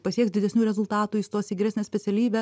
pasieks didesnių rezultatų įstos į geresnę specialybę